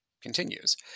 continues